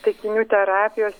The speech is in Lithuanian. taikinių terapijos